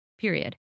Period